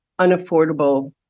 unaffordable